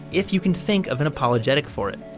if you can think of an apologetic for it.